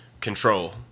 control